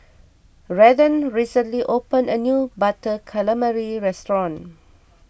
Redden recently opened a new Butter Calamari restaurant